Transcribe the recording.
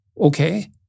okay